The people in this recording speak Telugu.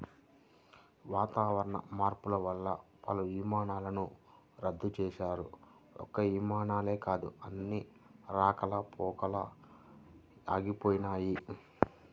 వాతావరణ మార్పులు వల్ల పలు విమానాలను రద్దు చేశారు, ఒక్క విమానాలే కాదు అన్ని రకాల రాకపోకలూ ఆగిపోయినయ్